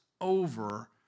over